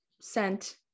sent